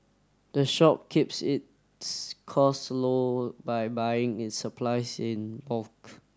the shop keeps its cost low by buying its supplies in bulk